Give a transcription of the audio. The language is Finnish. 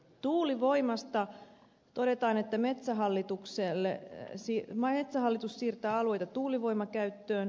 tuulivoimasta todetaan että metsähallitus siirtää alueita tuulivoimakäyttöön